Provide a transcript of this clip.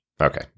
Okay